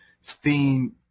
seen